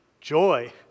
joy